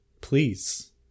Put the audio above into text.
please